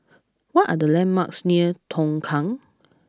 what are the landmarks near Tongkang